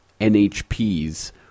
NHPs